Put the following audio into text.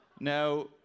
Now